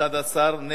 השנייה, בעד.